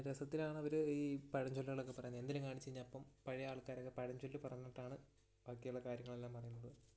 ആ നല്ല രസത്തിലാണവർ ഈ പഴഞ്ചൊല്ലുകളൊക്കെ പറയുന്നത് എന്തെങ്കിലും കാണിച്ച് കഴിഞ്ഞാൽ അപ്പം പഴയ ആൾക്കാരൊക്കെ പഴഞ്ചൊല്ല് പറഞ്ഞിട്ടാണ് ബാക്കിയുള്ള കാര്യങ്ങളെല്ലാം പറയുന്നത്